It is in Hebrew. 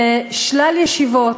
בשלל ישיבות